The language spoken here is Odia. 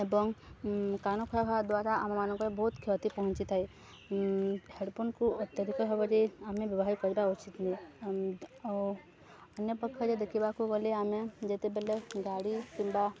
ଏବଂ କାନ ଖରାପ ହେବା ଦ୍ୱାରା ଆମମାନଙ୍କରେ ବହୁତ କ୍ଷତି ପହଞ୍ଚିଥାଏ ହେଡ଼୍ଫୋନ୍କୁ ଅତ୍ୟଧିକ ଭାବରେ ଆମେ ବ୍ୟବହାର କରିବା ଉଚିତ୍ ନୁହଁ ଅନ୍ୟପକ୍ଷରେ ଦେଖିବାକୁ ଗଲେ ଆମେ ଯେତେବେଲେ ଗାଡ଼ି କିମ୍ବା